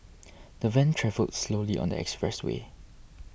the van travelled slowly on the expressway